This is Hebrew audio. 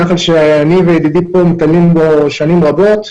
נחל שאני וידידי פה מטיילים בו שנים רבות.